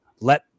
let